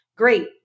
great